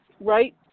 right